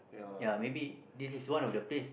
ya maybe this is one of the place